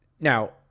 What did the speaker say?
now